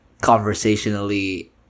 conversationally